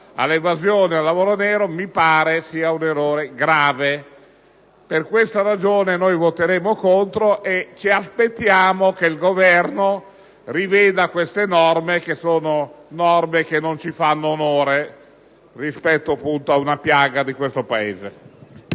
all'evasione e al lavoro nero mi pare sia un errore grave: per questa ragione voteremo contro e ci aspettiamo che il Governo riveda queste norme, che non ci fanno onore rispetto ad una piaga del nostro Paese.